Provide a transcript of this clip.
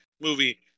movie